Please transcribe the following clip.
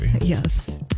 Yes